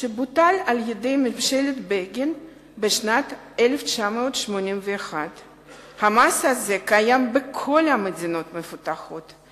שבוטל על-ידי ממשלת בגין בשנת 1981. המס הזה קיים בכל המדינות המפותחות.